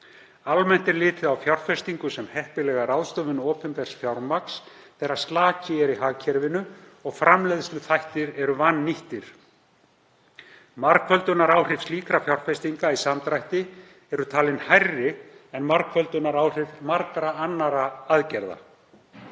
Almennt er litið á fjárfestingu sem heppilega ráðstöfun opinbers fjármagns þegar slaki er í hagkerfinu og framleiðsluþættir vannýttir. Margföldunaráhrif slíkra fjárfestinga í samdrætti eru talin hærri en margföldunaráhrif margra annarra aðgerða.